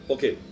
Okay